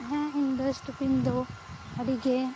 ᱦᱮᱸ ᱤᱧᱫᱚ ᱟᱹᱰᱤᱜᱮ